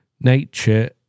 nature